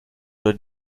oder